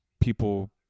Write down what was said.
people